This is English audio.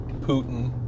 Putin